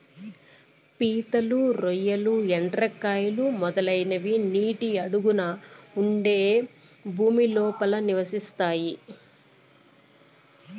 పీతలు, రొయ్యలు, ఎండ్రకాయలు, మొదలైనవి నీటి అడుగున ఉండే భూమి లోపల నివసిస్తాయి